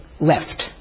left